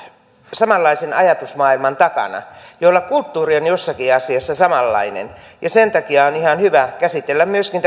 samanlaisen ajatusmaailman takana joilla kulttuuri on jossakin asiassa samanlainen sen takia on ihan hyvä käsitellä myöskin